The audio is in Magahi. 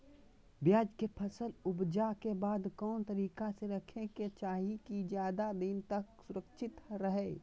प्याज के फसल ऊपजला के बाद कौन तरीका से रखे के चाही की ज्यादा दिन तक सुरक्षित रहय?